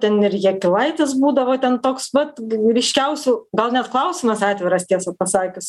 ten ir jakilaitis būdavo ten toks pat ryškiausių gal net klausimas atviras tiesą pasakius